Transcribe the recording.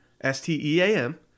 s-t-e-a-m